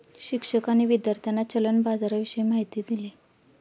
शिक्षकांनी विद्यार्थ्यांना चलन बाजाराविषयी माहिती दिली